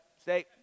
Stay